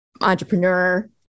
entrepreneur